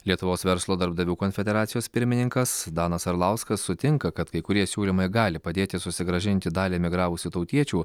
lietuvos verslo darbdavių konfederacijos pirmininkas danas arlauskas sutinka kad kai kurie siūlymai gali padėti susigrąžinti dalį emigravusių tautiečių